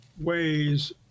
ways